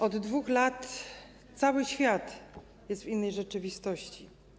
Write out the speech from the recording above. Od 2 lat cały świat jest w innej rzeczywistości.